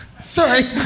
Sorry